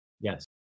Yes